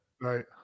Right